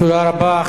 תודה רבה.